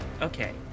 Okay